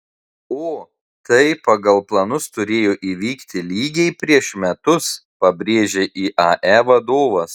o tai pagal planus turėjo įvykti lygiai prieš metus pabrėžė iae vadovas